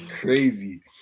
crazy